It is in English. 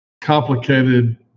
complicated